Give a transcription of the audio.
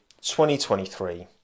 2023